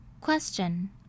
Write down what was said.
Question